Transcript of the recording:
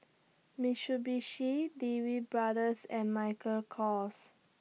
Mitsubishi Lee Wee Brothers and Michael Kors